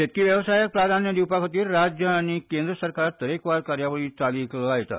शेतकी वेवसायाक प्राधान्य दिवपा खातीर राज्य आनी केंद्र सरकार तरेकवार कार्यावळी चालीक लायतात